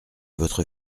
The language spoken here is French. votre